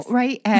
right